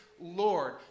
Lord